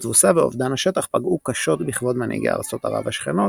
התבוסה ואובדן השטח פגעו קשות בכבוד מנהיגי ארצות ערב השכנות,